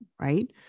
right